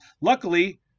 Luckily